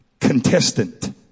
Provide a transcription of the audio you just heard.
contestant